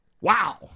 wow